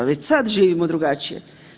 Već sad živimo drugačije.